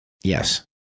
Yes